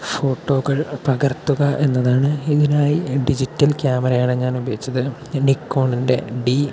ഫോട്ടോകൾ പകർത്തുക എന്നതാണ് ഇതിനായി ഡിജിറ്റൽ ക്യാമറയാണ് ഞാൻ ഉപയോഗിച്ചത് നിക്കോണിൻ്റെ ഡി